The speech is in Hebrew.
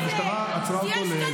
והמשטרה עצרה אותו.